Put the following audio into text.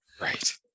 right